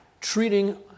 treating